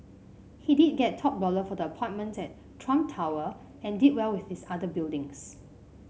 he did get top dollar for the apartments at Trump Tower and did well with his other buildings